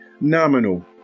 nominal